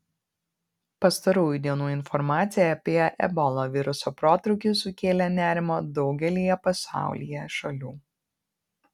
pastarųjų dienų informacija apie ebola viruso protrūkį sukėlė nerimą daugelyje pasaulyje šalių